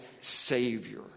Savior